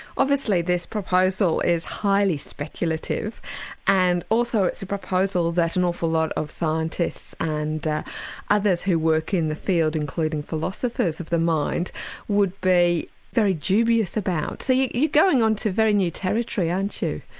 obviously this proposal is highly speculative and also it's a proposal that an awful lot of scientists and others who work in the field including philosophers of the mind would be very dubious about. so you're going into very new territory aren't you?